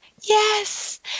Yes